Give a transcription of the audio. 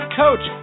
coach